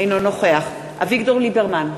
אינו נוכח אביגדור ליברמן,